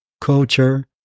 culture